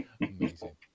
Amazing